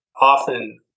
often